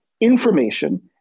information